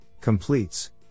completes